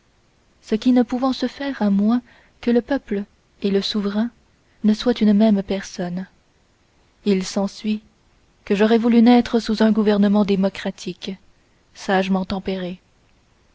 ce qui ne pouvant se faire à moins que le peuple et le souverain ne soient une même personne il s'ensuit que j'aurais voulu naître sous un gouvernement démocratique sagement tempéré